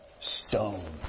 stone